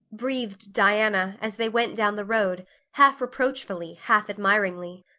breathed diana as they went down the road half reproachfully, half admiringly.